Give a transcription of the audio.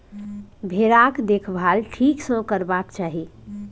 भेराक देखभाल ठीक सँ करबाक चाही